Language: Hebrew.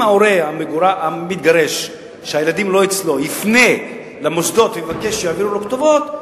ההורה המתגרש שהילדים לא אצלו יפנה למוסדות ויבקש שיעבירו לו כתובת,